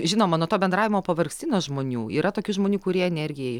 žinoma nuo to bendravimo pavargsti nuo žmonių yra tokių žmonių kurie energiją